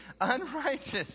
unrighteous